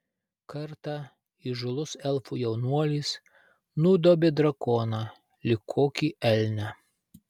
kartą įžūlus elfų jaunuolis nudobė drakoną lyg kokį elnią